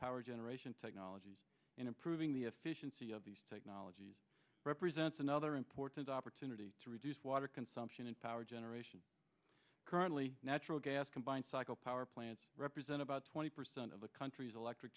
power generation technologies in improving the efficiency of these technologies represents another important opportunity to reduce water consumption and power generation currently natural gas combined cycle power plants represent about twenty percent of the country's electric